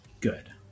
good